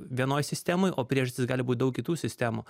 vienoj sistemoj o priežastys gali būt daug kitų sistemų